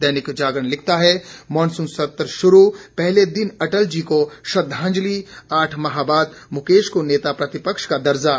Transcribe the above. दैनिक जागरण लिखता है मानसून सत्र शुरू पहले दिन दी अटल जी को श्रद्वाजंलि आठ माह बाद मुकेश को नेता प्रतिपक्ष का दर्जा